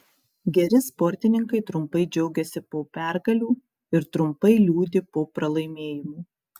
geri sportininkai trumpai džiaugiasi po pergalių ir trumpai liūdi po pralaimėjimų